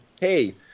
hey